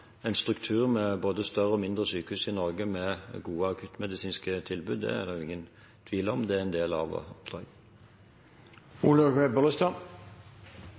en struktur med både større og mindre sykehus i Norge med gode akuttmedisinske tilbud, er det ingen tvil om, det er en del av